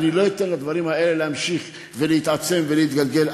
אני לא אתן לדברים האלה להימשך ולהתעצם ולהתגלגל.